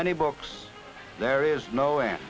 many books there is no an